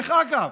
דרך אגב,